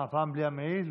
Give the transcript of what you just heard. מה, הפעם בלי המעיל?